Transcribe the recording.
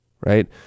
right